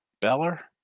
Beller